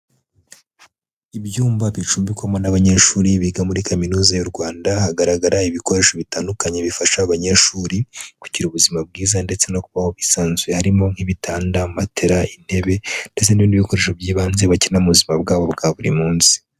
Ibyumba bicumbikwamo n'abanyeshuri biga muri kaminuza y'u Rwanda, hagaragara ibikoresho bitandukanye bifasha abanyeshuri kugira ubuzima bwiza, ndetse no kubaho bisanzuye harimo: nk'ibitanda, matera, intebe ndetse n'ibindi bikoresho by'ibanze bakenera mu buzima bwabo bwa buri munsi.